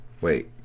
wait